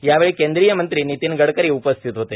यावेळी केंद्रीय मंत्री नितीन गडकरी उपस्थित होते